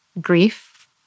grief